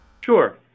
Sure